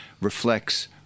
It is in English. reflects